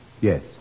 Yes